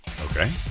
Okay